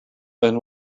then